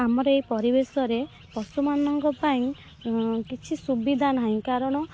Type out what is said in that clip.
ଆମର ଏଇ ପରିବେଶରେ ପଶୁମାନଙ୍କ ପାଇଁ କିଛି ସୁବିଧା ନାହିଁ କାରଣ